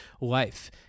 life